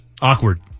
Awkward